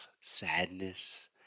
sadness